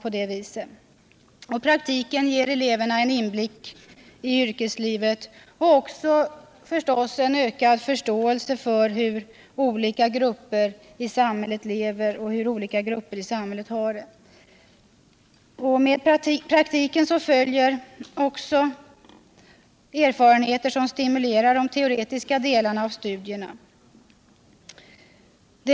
Praktiken ger eleverna en inblick i yrkeslivet och naturligtvis också en ökad förståelse för hur olika grupper i samhället lever och har det. Med praktiken följer dessutom erfarenheter som stimulerar de teoretiska delarna av studierna.